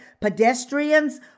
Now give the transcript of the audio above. pedestrians